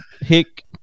Hick